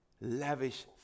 lavish